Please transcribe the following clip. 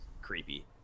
creepy